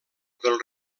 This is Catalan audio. del